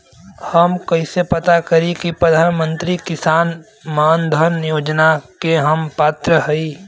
हम कइसे पता करी कि प्रधान मंत्री किसान मानधन योजना के हम पात्र हई?